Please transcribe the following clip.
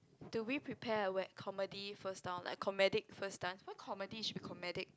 do we prepare a we~ comedy first down like comedic first dance why comedy should be comedic